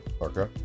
Okay